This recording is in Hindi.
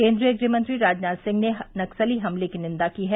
केन्द्रीय गृहमंत्री राजनाथ सिंह ने नक्सली हमले की निन्दा की है